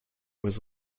was